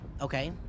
Okay